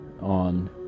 on